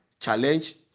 challenge